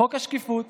חוק השקיפות,